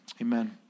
Amen